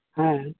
ᱦᱮᱸ